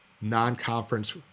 non-conference